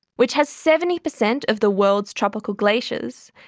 which has seventy percent of the world's tropical glaciers,